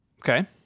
Okay